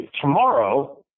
tomorrow